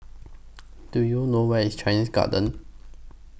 Do YOU know Where IS Chinese Garden